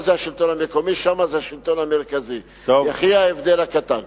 שם זה השלטון המרכזי, יחי ההבדל הקטן.